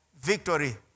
Victory